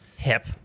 hip